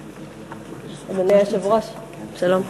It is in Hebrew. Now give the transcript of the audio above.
אדוני היושב-ראש, שלום.